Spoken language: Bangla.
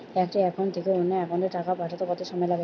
একটি একাউন্ট থেকে অন্য একাউন্টে টাকা পাঠাতে কত সময় লাগে?